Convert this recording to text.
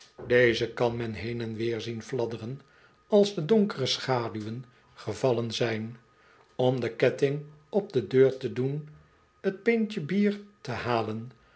deze kan men heen en weerzien fladderen als de donkere schaduwen gevallen zijn om den ketting op de deur te doen t pintje bier te halen